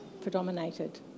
predominated